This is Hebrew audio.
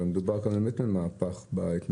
הרי מדובר כאן באמת על מהפך בהתנהלות.